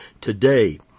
Today